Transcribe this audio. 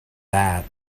that